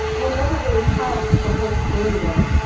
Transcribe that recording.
we'll never really have the whole story, though.